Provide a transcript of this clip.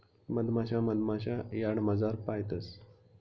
मधमाशा मधमाशा यार्डमझार पायतंस